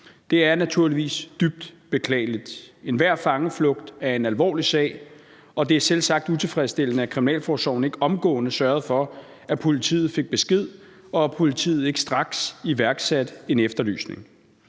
Det er naturligvis dybt beklageligt. Enhver fangeflugt er en alvorlig sag, og det er selvsagt utilfredsstillende, at kriminalforsorgen ikke omgående sørgede for, at politiet fik besked, og at politiet ikke straks iværksatte en efterlysning.